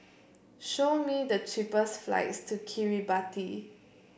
show me the cheapest flights to Kiribati